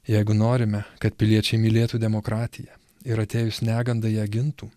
jeigu norime kad piliečiai mylėtų demokratiją ir atėjus negandai ją gintų